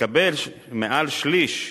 לקבל מעל שליש,